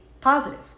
positive